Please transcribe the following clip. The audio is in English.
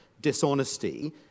dishonesty